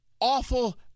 awful